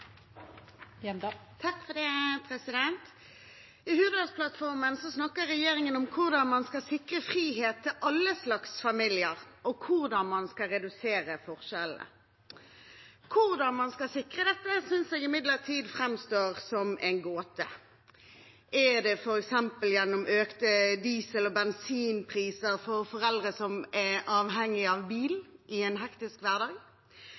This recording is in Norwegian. I Hurdalsplattformen skriver regjeringen om hvordan man skal sikre frihet til alle slags familier og hvordan man skal redusere forskjellene. Hvordan man skal sikre dette, synes jeg imidlertid framstår som en gåte. Er det gjennom økte diesel- og bensinpriser for foreldre som er avhengig av bil i en hektisk hverdag?